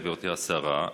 גברתי השרה,